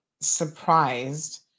surprised